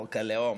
חוק הלאום?